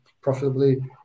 profitably